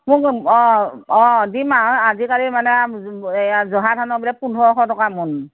অ অ দিম আৰু আজিকালি মানে আৰু এয়া জহা ধানৰ বোলে পোন্ধৰশ টকা মোন